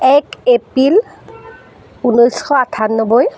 এক এপ্ৰিল ঊনৈছশ আঠানব্বৈ